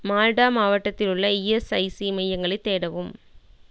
Malta மாவட்டத்தில் உள்ள ESIC மையங்களைத் தேடவும்